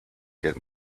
get